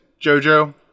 JoJo